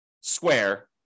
square